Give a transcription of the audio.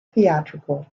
theatrical